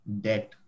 debt